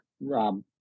Rob